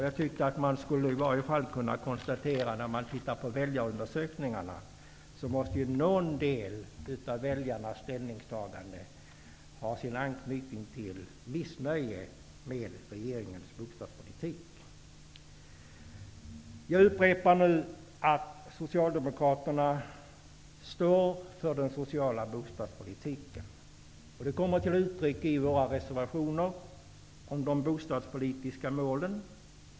Jag tycker att man i varje fall av väljarundersökningarna borde kunna konstatera att åtminstone någon del av väljarnas ställningstagande måste ha sin anknytning till missnöje med regeringens bostadspolitik. Jag upprepar nu att Socialdemokraterna står för den sociala bostadspolitiken. Det kommer till uttryck i våra reservationer om de bostadspolitiska målen.